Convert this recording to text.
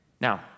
Now